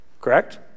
correct